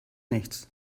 nichts